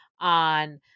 on